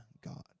God